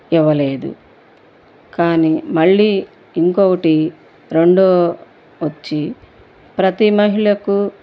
ఇవ్వలేదు కానీ మళ్ళీ ఇంకొకటి రెండో వచ్చి ప్రతి మహిళకు